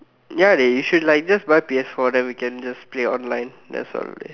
ya dey you should like just buy P_S four then we can just play online rest of the day